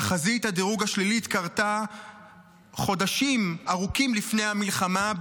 תחזית הדירוג השלילית קרתה חודשים ארוכים לפני המלחמה,